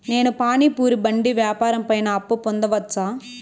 నేను పానీ పూరి బండి వ్యాపారం పైన అప్పు పొందవచ్చా?